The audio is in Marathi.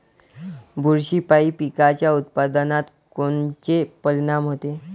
बुरशीपायी पिकाच्या उत्पादनात कोनचे परीनाम होते?